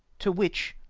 to which,